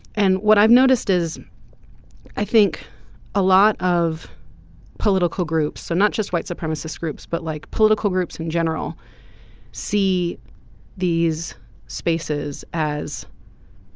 and what i've noticed is i think a lot of political groups so not just white supremacist groups but like political groups in general see these spaces as